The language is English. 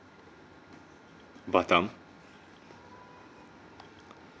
batam